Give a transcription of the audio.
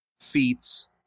feats